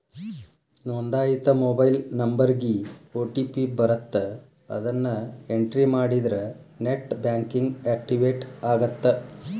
ನೋಂದಾಯಿತ ಮೊಬೈಲ್ ನಂಬರ್ಗಿ ಓ.ಟಿ.ಪಿ ಬರತ್ತ ಅದನ್ನ ಎಂಟ್ರಿ ಮಾಡಿದ್ರ ನೆಟ್ ಬ್ಯಾಂಕಿಂಗ್ ಆಕ್ಟಿವೇಟ್ ಆಗತ್ತ